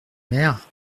mère